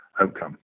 outcome